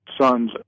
sons